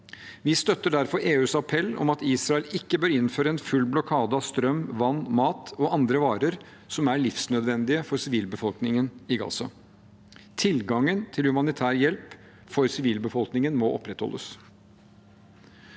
Vi støtter derfor EUs appell om at Israel ikke bør innføre en full blokade av strøm, vann, mat og andre varer som er livsnødvendige for sivilbefolkningen i Gaza. Tilgangen til humanitær hjelp for sivilbefolkningen må opprettholdes.